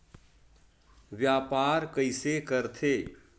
व्यापार कइसे करथे?